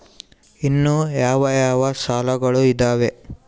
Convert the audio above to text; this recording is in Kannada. ಇನ್ನು ಯಾವ ಯಾವ ಸಾಲಗಳು ಇದಾವೆ?